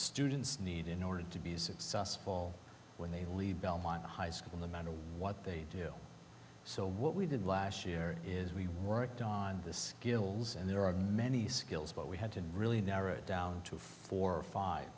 students need in order to be successful when they leave belmont high school no matter what they do so what we did last year is we worked on this gills and there are many skills but we had to really narrow it down to four or five